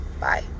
bye